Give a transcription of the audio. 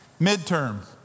Midterm